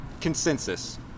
consensus